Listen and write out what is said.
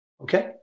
Okay